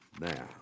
now